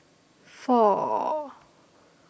four